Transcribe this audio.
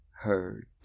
heard